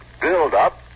build-up